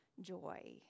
joy